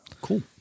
Cool